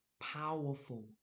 powerful